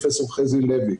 פרופ' חזי לוי,